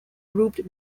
grouped